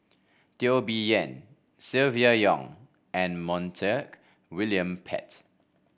Teo Bee Yen Silvia Yong and Montague William Pett